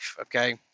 okay